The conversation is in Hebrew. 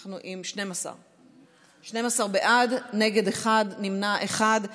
12 בעד, נגד, אחד, נמנע, אחד.